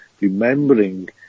remembering